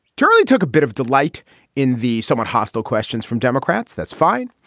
turley took a bit of delight in the somewhat hostile questions from democrats. that's fine.